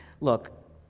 Look